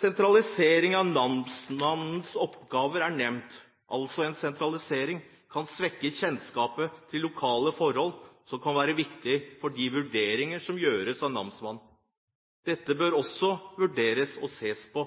Sentralisering av namsmannens oppgaver er nevnt. En sentralisering kan svekke kjennskapet til lokale forhold, noe som kan være viktig i de vurderinger som gjøres. Dette bør også vurderes og ses på.